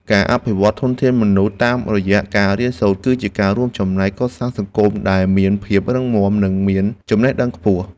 ការអភិវឌ្ឍធនធានមនុស្សតាមរយៈការរៀនសូត្រ គឺជាការរួមចំណែកកសាងសង្គមខ្មែរឱ្យមានភាពរឹងមាំនិងមានចំណេះដឹងខ្ពស់។